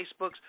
Facebooks